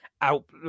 out